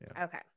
Okay